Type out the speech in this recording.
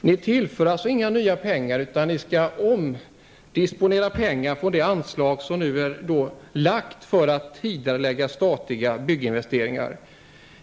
Ni tillför alltså inga nya pengar utan vill omdisponera pengar på det anslag som är uppfört för att tidigarelägga statliga bygginvesteringar.